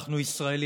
אנחנו ישראלים.